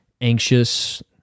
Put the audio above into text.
anxious